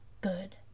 good